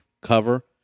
cover